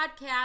podcast